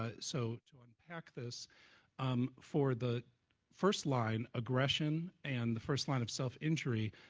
ah so to unpack this um for the first line aggression and the first line of self-injury,